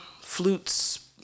flutes